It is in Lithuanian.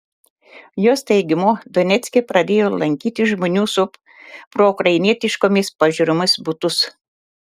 jos teigimu donecke pradėjo lankyti žmonių su proukrainietiškomis pažiūromis butus